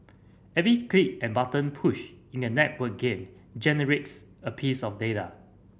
every click and button push in a networked game generates a piece of data